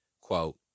quote